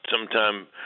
sometime